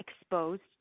exposed